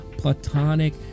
platonic